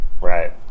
Right